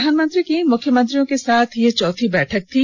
प्रधानमंत्री की मुख्यमंत्रियों के साथ यह चौथी बैठक थी